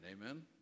Amen